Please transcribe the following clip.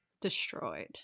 destroyed